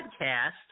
podcast